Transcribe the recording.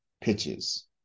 pitches